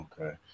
okay